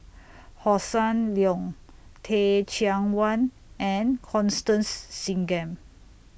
Hossan Leong Teh Cheang Wan and Constance Singam